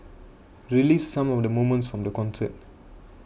relives some of the moments from the concert